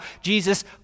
Jesus